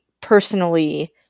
personally